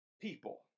people